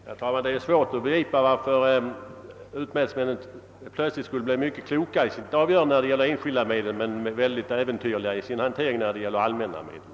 Herr talman! Det är svårt att begripa varför utmätningsmännen skulle visa sig vara så kloka när de träffar avgöranden om enskilda medel men så äventyrliga i sitt handhavande av allmänna medel.